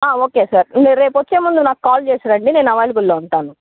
okay sir మీరు రేపొచ్చేముందు నాకు కాల్ చేసి రండి నేను అవైలబుల్లో ఉంటాను